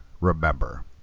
remember